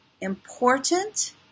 important